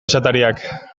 esatariak